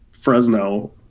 fresno